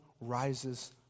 rises